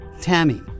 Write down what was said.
Tammy